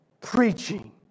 preaching